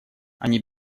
они